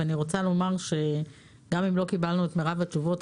ואני רוצה לומר שגם אם לא קיבלנו את מרב התשובות,